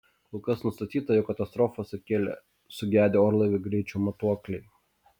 kol kas nustatyta jog katastrofą sukėlė sugedę orlaivio greičio matuokliai